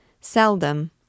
Seldom